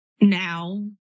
Now